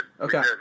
okay